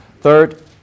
Third